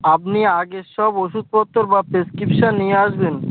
আপনি আগের সব ওষুধ পত্র বা প্রেস্ক্রিপশন নিয়ে আসবেন